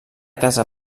casa